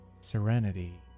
Serenity